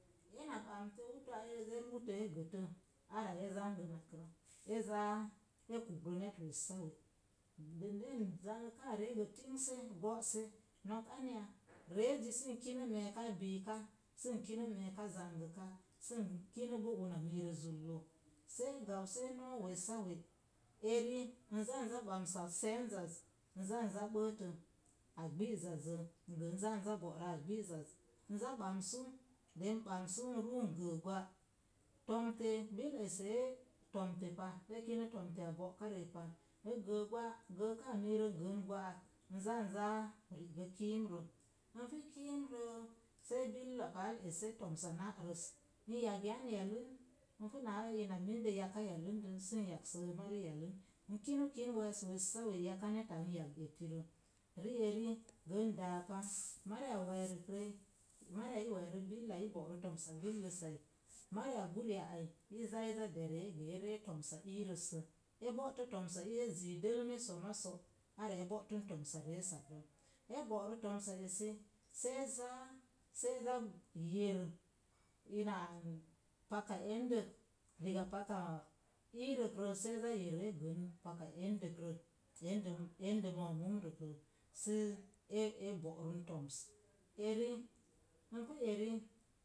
Ena bamtə huutu a eerə ezi e mutye gətə ara e zangənakrə e zaa e kubrə net wessawe'. Den zangəkaa reek gə tingse, go̱'se, nok anya reezi sən kin me̱e̱ka biika, sən kinə me̱e̱ka zangəka, sən kinə boo una mira zullə. Seo̱ gap see noo wessawe'. Eri, n za za bams a se̱e̱nzaz, n zanza bəətə a gbi'zazzə, gəgə n zanza go'rə a gbi'zaz, n za bamsu, de n ɓamsu, n ruu n gəə gwa. To̱mte, bil esee to̱mte pa, e kinə to̱mteya bo̱'karəi pa. N gəə gwa, gəəkaa miirə n gəən gwa'ak n zan zaa ri'gə kiimrə. Npi kiimrə sei billa paal ese to̱msa na'rəs. N yagyan yalən, n pu naa ina mində yaka yaləndə sən yaksə mari yalən n kinəkin we̱e̱s wessawe’ yaka neta n yas etirə. Ri'eri gə n dáa pa, mariya we̱e̱rəkrəi, mariya i we̱e̱rə billai i bo̱'rə to̱msa billəsai, mariya buriya ai i zaa i za de̱ree gə e ree to̱msaiirəssə. E bo̱tə to̱msa iis e zii dərme somaso ara n bo̱'tən to̱msa reesakrə. N bo̱'rə to̱msa esi see zaa yer ina an paka endək diga pakaaiirəkrə see za yer e sən paka endəkrə sə e bo̱'rən to̱ms. Eri, n pu eri.